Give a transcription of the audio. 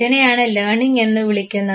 ഇതിനെയാണ് ലേണിങ് എന്ന് വിളിക്കുന്നത്